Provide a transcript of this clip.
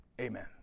amen